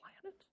planet